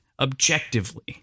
objectively